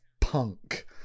punk